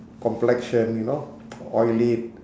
complexion you know oil it